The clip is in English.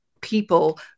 people